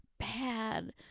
Bad